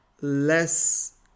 less